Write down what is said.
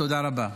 תודה רבה.